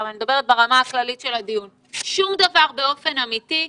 אני מדברת ברמה הכללית של הדיון שום דבר באופן אמיתי.